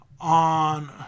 on